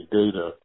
data